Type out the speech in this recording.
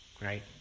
Right